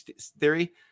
theory